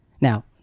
now